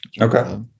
Okay